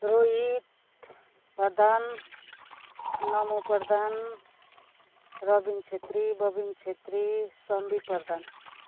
Rohit Pradhan Namo Pradhan Rabin Chhetri Babin Chhetri Sambi Pradhan